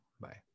Bye